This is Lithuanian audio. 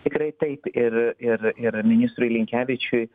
tikrai taip ir ir ir ministrui linkevičiui